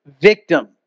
victim